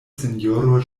sinjoro